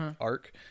arc